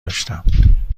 داشتم